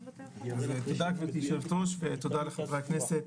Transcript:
תודה גברתי יושבת הראש ותודה לחברי הכנסת.